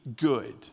Good